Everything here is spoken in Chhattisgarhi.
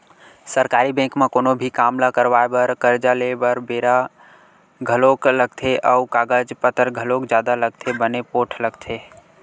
सरकारी बेंक म कोनो भी काम ल करवाय बर, करजा लेय बर बेरा घलोक लगथे अउ कागज पतर घलोक जादा लगथे बने पोठ लगथे